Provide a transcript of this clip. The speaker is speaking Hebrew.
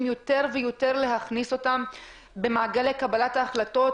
להכניס אותם יותר למעגלי קבלת ההחלטות,